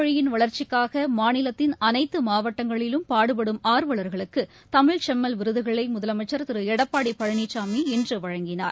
மொழியின் வளர்ச்சிக்காகமாநிலத்தின் அனைத்துமாவட்டங்களிலும் பாடுபடும் தமிழ் ஆர்வலர்களுக்குதமிழ்ச்செம்மல் விருதுகளைமுதலமைச்சர் திருஎடப்பாடிபழனிசாமி இன்றுவழங்கினார்